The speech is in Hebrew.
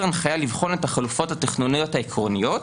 הנחיה לבחון את החלופות התכנוניות העקרוניות,